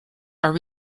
are